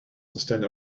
stand